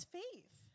faith